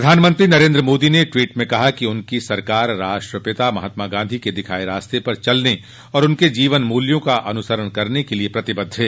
प्रधानमंत्री नरेन्द्र मोदी ने ट्वीट में कहा कि उनकी सरकार राष्ट्रपिता महात्मा गांधी के दिखाए रास्ते पर चलने और उनके जीवन मूल्यों का अनुसरण करने के लिए प्रतिबद्ध है